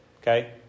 Okay